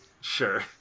Sure